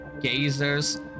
gazers